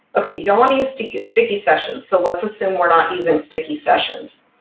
okay. you don't want to use sticky sticky sessions. so let's assume we're not using sticky sessions.